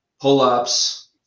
pull-ups